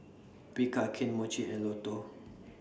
Bika Kane Mochi and Lotto